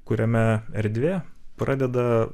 kuriame erdvė pradeda